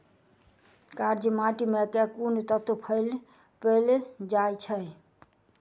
कार्य माटि मे केँ कुन तत्व पैल जाय छै?